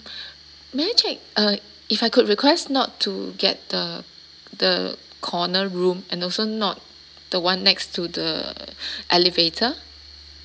may I check uh if I could request not to get the the corner room and also not the one next to the elevator